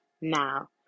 now